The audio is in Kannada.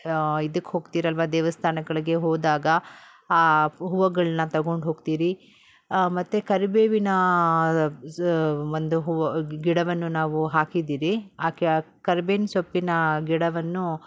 ಇದಕ್ಕೆ ಹೋಗ್ತೀರಲ್ವ ದೇವಸ್ಥಾನಗಳಿಗೆ ಹೋದಾಗ ಆ ಹೂವುಗಳನ್ನು ತೊಗೊಂಡು ಹೋಗ್ತೀರಿ ಮತ್ತು ಕರಿಬೇವಿನ ಒಂದು ಹೂವು ಗಿಡವನ್ನು ನಾವು ಹಾಕಿದ್ದೀರಿ ಆ ಕರಿಬೇವಿನ ಸೊಪ್ಪಿನ ಗಿಡವನ್ನು